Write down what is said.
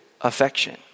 affection